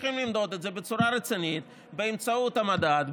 צריכים למדוד את זה בצורה רצינית באמצעות המדד,